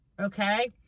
okay